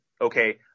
okay